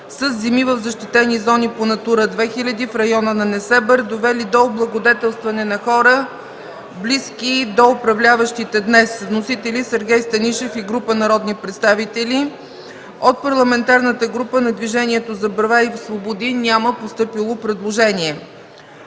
със земи в защитени зони по „Натура 2000” в района на Несебър, довели до облагодетелстване на хора, близки до управляващите днес. Вносители – Сергей Станишев и група народни представители. От Парламентарната група на Движение за права и свободи няма постъпило предложение.